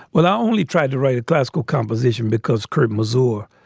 well, i only tried to write a classical composition because kurt mazor,